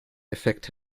effekt